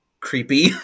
creepy